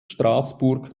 straßburg